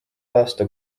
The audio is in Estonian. aasta